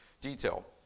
detail